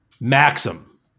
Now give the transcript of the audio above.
Maxim